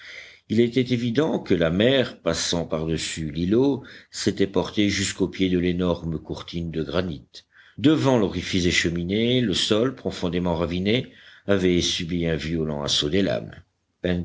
il était évident que la mer passant par-dessus l'îlot s'était portée jusqu'au pied de l'énorme courtine de granit devant l'orifice des cheminées le sol profondément raviné avait subi un violent assaut des lames